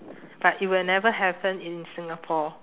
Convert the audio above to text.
but it will never happen in singapore